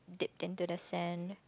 deep into the sand